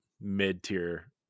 mid-tier